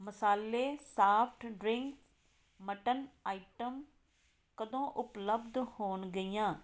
ਮਸਾਲੇ soft drinks mutton item ਕਦੋਂ ਉਪਲੱਬਧ ਹੋਣ ਗਈਆਂ